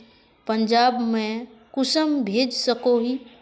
पंजाब में कुंसम भेज सकोही?